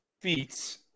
feats